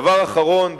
דבר אחרון,